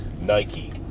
Nike